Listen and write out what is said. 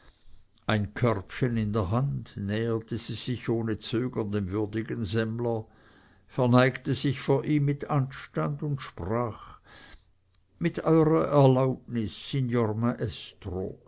ein körbchen in der hand näherte sie sich ohne zögern dem würdigen semmler verneigte sich vor ihm mit anstand und sprach mit eurer erlaubnis